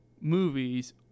movies